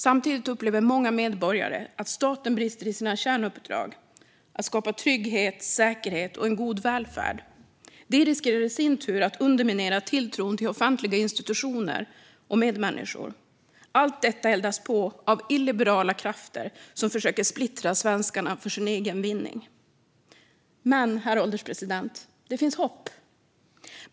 Samtidigt upplever många medborgare att staten brister i sina kärnuppdrag: att skapa trygghet, säkerhet och en god välfärd. Det riskerar i sin tur att underminera tilltron till offentliga institutioner och medmänniskor. Allt detta eldas på av illiberala krafter som försöker splittra svenskarna för sin egen vinning. Men, herr ålderspresident, det finns hopp!